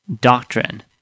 doctrine